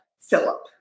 Philip